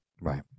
Right